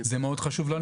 זה מאוד חשוב לנו.